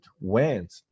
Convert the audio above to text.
went